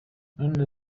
none